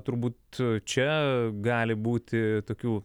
turbūt čia gali būti tokių